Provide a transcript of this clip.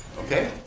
Okay